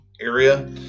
area